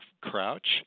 Crouch